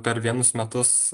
per vienus metus